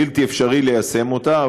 בלתי אפשרי ליישם אותה,